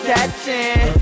Catching